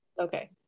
Okay